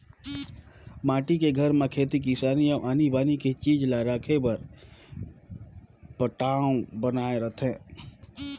माटी के घर में खेती किसानी अउ आनी बानी के चीज ला राखे बर पटान्व बनाए रथें